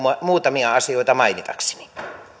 muutamia asioita mainitakseni